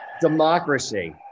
Democracy